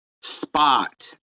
Spot